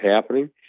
happening